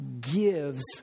gives